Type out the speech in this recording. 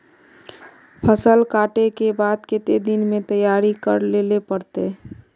फसल कांटे के बाद कते दिन में तैयारी कर लेले पड़ते?